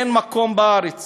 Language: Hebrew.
אין מקום בארץ